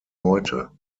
heute